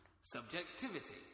Subjectivity